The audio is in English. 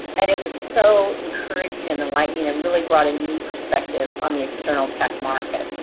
and it was so encouraging and enlightening and really brought a new perspective on the external tech market.